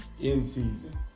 in-season